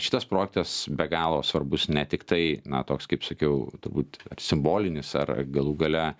šitas projektas be galo svarbus ne tiktai na toks kaip sakiau turbūt ar simbolinis ar galų gale